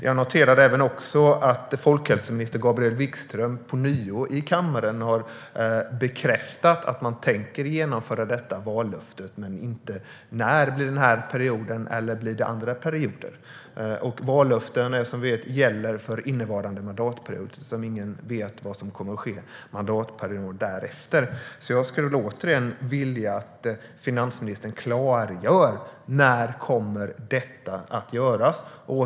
Jag noterade även att folkhälsominister Gabriel Wikström i kammaren ånyo har bekräftat att man tänker genomföra detta vallöfte men inte när - om det blir under denna mandatperiod eller under någon annan mandatperiod. Vallöften gäller, som vi vet, innevarande mandatperiod. Ingen vet vad som kommer att ske mandatperioden därefter. Därför vill jag återigen att finansministern klargör när detta kommer att göras.